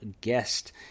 guest